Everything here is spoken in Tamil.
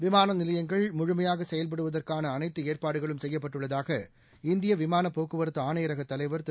விமானநிலையங்கள் முழுமையாகசெயவ்படுதவற்கானஅனைத்துஏற்பாடுகளும் செய்யப்பட்டுள்ளதாக இந்தியவிமானப் போக்குவரத்துஆணையரகதலைவர் திரு